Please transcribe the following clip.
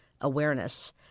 awareness